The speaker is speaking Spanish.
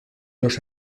los